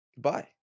goodbye